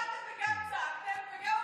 גם השתוללתם וגם צעקתם וגם,